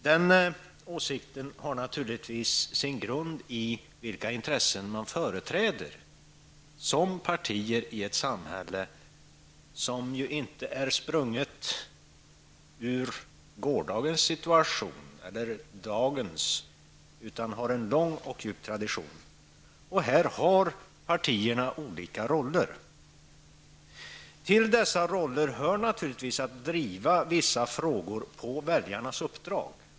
Den åsikten har naturligtvis sin grund i vilka intressen man företräder som parti i ett samhälle som ju inte är sprunget ur gårdagens situation eller dagens utan har en lång och djup tradition. Här har partierna olika roller. Till dessa roller hör naturligtvis att driva vissa frågor på väljarnas uppdrag.